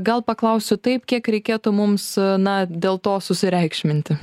gal paklausiu taip kiek reikėtų mums na dėl to susireikšminti